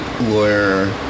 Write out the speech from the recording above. lawyer